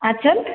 आचल